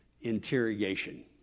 interrogation